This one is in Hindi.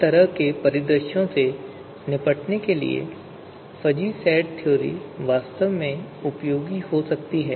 उस तरह के परिदृश्यों से निपटने के लिए फजी सेट थ्योरी वास्तव में उपयोगी हो सकती है